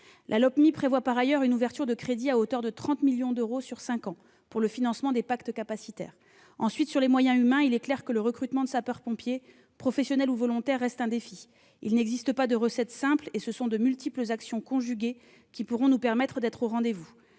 La Lopmi prévoit par ailleurs une ouverture de crédits à hauteur de 30 millions d'euros sur cinq ans pour le financement de ces pactes capacitaires. Au sujet des moyens humains, il est clair que le recrutement de sapeurs-pompiers professionnels ou volontaires reste un défi : il n'existe pas de recettes simples. De multiples actions conjuguées pourront nous permettre d'être au rendez-vous.